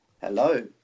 Hello